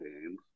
games